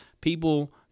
people